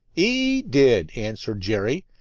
e did, answered jerry.